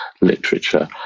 literature